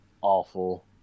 awful